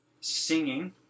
singing